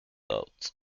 out